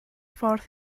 ffordd